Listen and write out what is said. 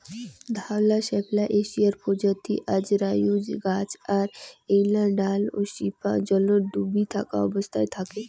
ধওলা শাপলা এশিয়ার প্রজাতি অজরায়ুজ গছ আর এ্যাইলার ডাল ও শিপা জলত ডুবি থাকা অবস্থাত থাকে